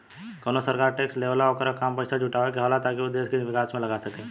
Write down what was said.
कवनो सरकार टैक्स लेवेला ओकर काम पइसा जुटावे के होला ताकि उ देश के विकास में लगा सके